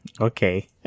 Okay